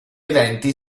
eventi